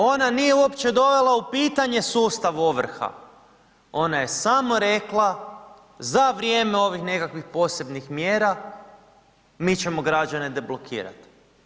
Ona nije uopće dovela u pitanje sustav ovrha, ona je samo rekla za vrijeme ovih nekakvih posebnih mjera mi ćemo građane deblokirati.